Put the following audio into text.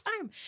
time